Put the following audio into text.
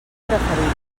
preferit